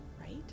right